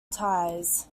ties